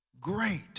Great